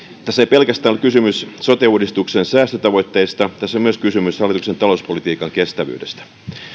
tässä ei pelkästään ole kysymys sote uudistuksen säästötavoitteista tässä on myös kysymys hallituksen talouspolitiikan kestävyydestä